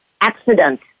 accident